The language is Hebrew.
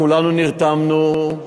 כולנו נרתמנו.